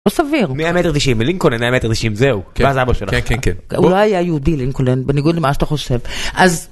הוא סביר. ... מטר תשעים לינקולן היה מטר תשעים זהו. כן, כן, כן, כן. הוא לא היה יהודי לינקולן, בניגוד למה שאתה חושב. אז...